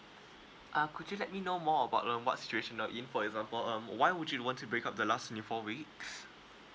uh could you let me know more about uh what situation you're in for example um why would you want to break up the last remaining four weeks